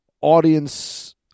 audience